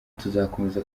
tuzakomeza